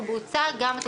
משרד התחבורה.